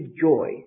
joy